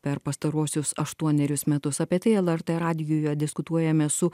per pastaruosius aštuonerius metus apie tai lrt radijuje diskutuojame su